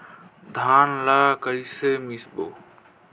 धान ला कइसे मिसबो?